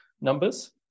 numbers